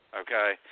okay